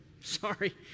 Sorry